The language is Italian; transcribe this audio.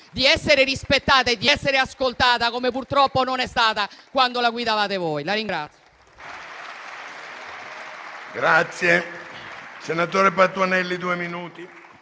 di essere rispettata e di essere ascoltata come purtroppo non è stata quando la guidavate voi.